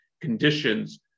conditions